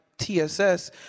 TSS